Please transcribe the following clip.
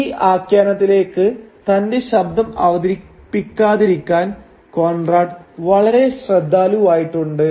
ഈ ആഖ്യാനത്തിലേക്ക് തന്റെ ശബ്ദം അവതരിപ്പിക്കാതിരിക്കാൻ കോൺറാട് വളരെ ശ്രദ്ധാലുവായിട്ടുണ്ട്